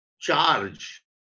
charge